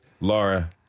Laura